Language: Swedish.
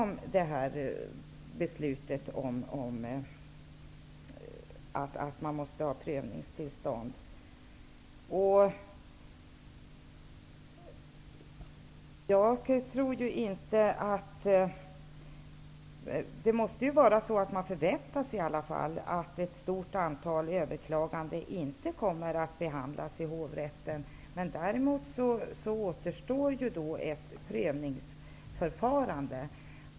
Man måste trots allt förvänta sig att ett stort antal överklaganden inte kommer att behandlas i hovrätten. Däremot återstår ett prövningsförfarande.